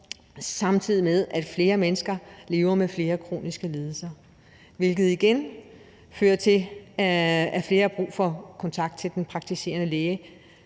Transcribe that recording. samtidig med at flere mennesker lever med flere kroniske lidelser, hvilket igen fører til, at flere har brug for kontakt til den praktiserende læge,